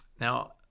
Now